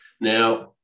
Now